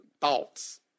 thoughts